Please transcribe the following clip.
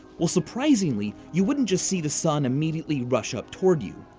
well, surprisingly, you wouldn't just see the sun immediately rush up toward you.